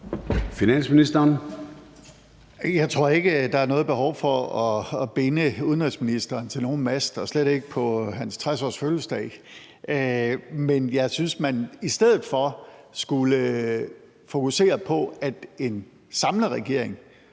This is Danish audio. Jeg tror ikke, der er noget behov for at binde udenrigsministeren til nogen mast og slet ikke på hans 60-årsfødselsdag. Jeg synes, man i stedet for skulle fokusere på, at en samlet regering,